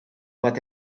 bat